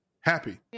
happy